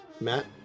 Matt